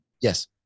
Yes